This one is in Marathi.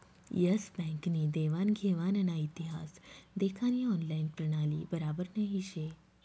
एस बँक नी देवान घेवानना इतिहास देखानी ऑनलाईन प्रणाली बराबर नही शे